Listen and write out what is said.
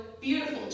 beautiful